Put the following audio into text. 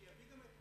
שיביא גם את,